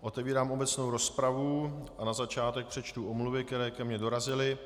Otevírám obecnou rozpravu, a na začátek přečtu omluvy, které ke mně dorazily.